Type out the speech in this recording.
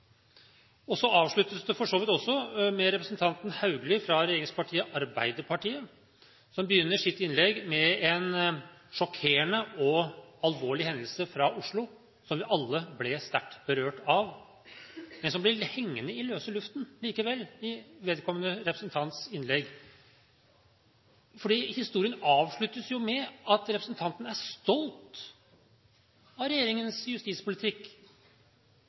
Så avsluttes det med representanten Haugli fra regjeringspartiet Arbeiderpartiet, som begynner sitt innlegg med en sjokkerende og alvorlig hendelse fra Oslo, som vi alle ble sterkt berørt av, men som blir hengende i løse luften likevel, i vedkommende representants innlegg, for historien avsluttes med at representanten er stolt av regjeringens justispolitikk,